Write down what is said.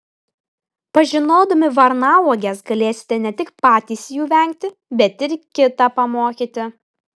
pažinodami varnauoges galėsite ne tik patys jų vengti bet ir kitą pamokyti